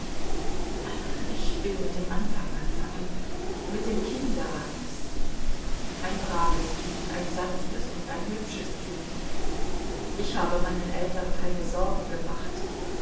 ich will mit dem anfang anfangen mit dem kinde agnes ein braves kind ein sanftes und ein hübsches kind ich habe meinen eltern keine sorge gemacht